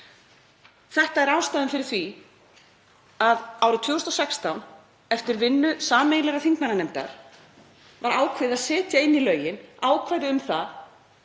Þetta er ástæðan fyrir því að árið 2016, eftir vinnu sameiginlegrar þingmannanefndar, var ákveðið að setja inn í lögin ákvæði um það